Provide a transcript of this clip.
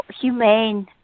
humane